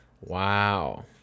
Wow